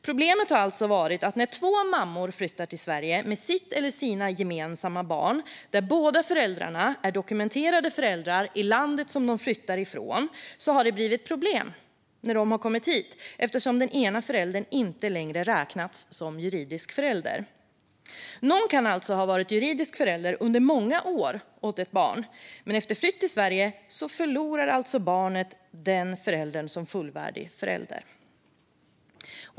Problemet har alltså varit att när två mammor flyttar till Sverige med sitt eller sina gemensamma barn och båda föräldrarna är dokumenterade föräldrar i landet de flyttar från har det blivit problem när de kommit hit eftersom den ena föräldern inte längre räknats som juridisk förälder. Någon kan alltså ha varit juridisk förälder åt ett barn under många år, men efter flytt till Sverige förlorar barnet den föräldern som fullvärdig förälder.